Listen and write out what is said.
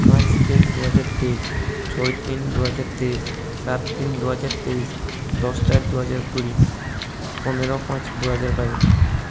পাঁচ তিন দু হাজার তেইশ ছয় তিন দু হাজার তেইশ সাত তিন দু হাজার তেইশ দশ চার দু হাজার কুড়ি পনেরো পাঁচ দু হাজার বাইশ